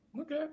Okay